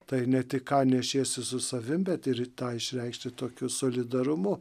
tai ne tik ką nešiesi su savim bet ir tą išreikšti tokiu solidarumu